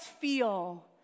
feel